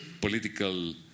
political